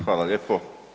Hvala lijepo.